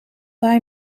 hij